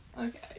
Okay